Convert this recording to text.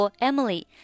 Emily